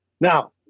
Now